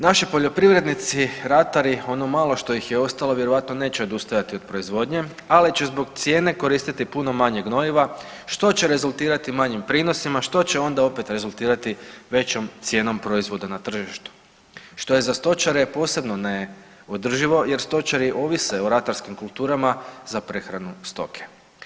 Naši poljoprivrednici ratari ono malo što ih je ostalo vjerojatno neće odustajati od proizvodnje, ali će zbog cijene koristiti puno manje gnojiva, što će rezultirati manjim prinosima, što će onda opet rezultirati većom cijenom proizvoda na tržištu, što je za stočare posebno neodrživo jer stočari ovise o ratarskim kulturama za prehranu stoke.